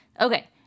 Okay